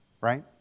right